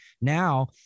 now